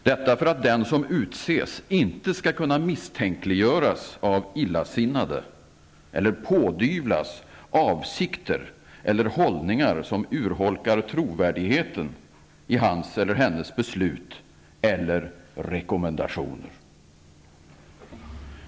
Detta för att den som utses inte skall kunna misstänkliggöras av illasinnade, eller pådyvlas avsikter eller hållningar som urholkar trovärdigheten i hans eller hennes beslut och rekommendationer.